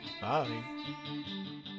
Bye